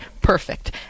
perfect